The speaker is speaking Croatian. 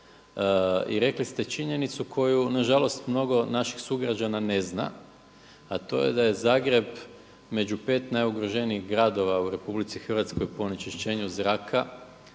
i rekli ste činjenicu koju na žalost mnogo naših sugrađana ne zna, a to je da je Zagreb među 5 najugroženijih gradova u Republici Hrvatskoj po onečišćenju zraka.